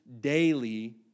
daily